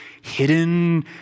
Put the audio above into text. hidden